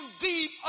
deep